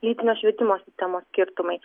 lytinio švietimo sistemos skirtumai